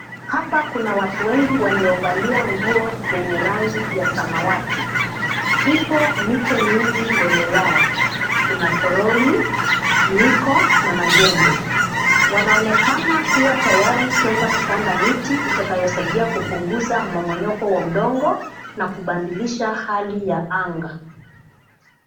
Hapa kuna watu wengi waliovalia nguo yenye rangi ya samawati. Ipo miche mingi mbele yao. Kuna toroli, miiko na majembe. Wanaonekana kuwa tayari kuenda kupanda miti itakayosaidia kupunguza mmonyoko wa udongo na kubadilisha hali ya anga.